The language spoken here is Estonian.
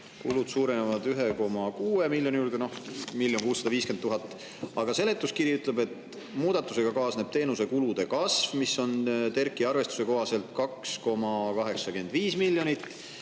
kulud suurenevad 1,6 miljonit, noh 1 650 000, aga seletuskiri ütleb, et muudatusega kaasneb teenuse kulude kasv, mis TerK-i arvestuse kohaselt on 2,85 miljonit.